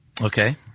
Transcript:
Okay